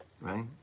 right